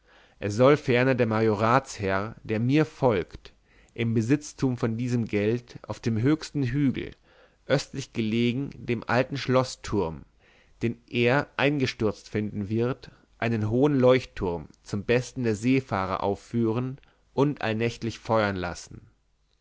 es soll ferner der majoratsherr der mir folgt im besitztum von diesem gelde auf dem höchsten hügel östlich gelegen dem alten schloßturm den er eingestürzt finden wird einen hohen leuchtturm zum besten der seefahrer aufführen und allnächtlich feuern lassen